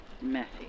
messy